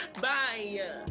Bye